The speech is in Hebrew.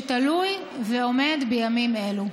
והוא תלוי ועומד בימים אלו.